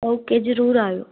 okay ਜਰੂਰ ਆਇਓ